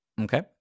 Okay